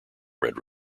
red